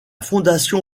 fondation